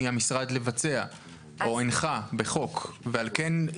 לא ייגשו חברות לקול הקורא